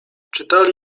czytali